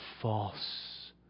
false